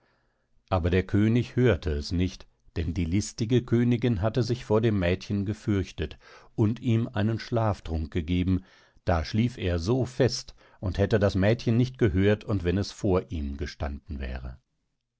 aber der könig hörte es nicht denn die listige königin hatte sich vor dem mädchen gefürchtet und ihm einen schlaftrunk gegeben da schlief er so fest und hätte das mädchen nicht gehört und wenn es vor ihm gestanden wäre